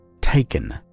Taken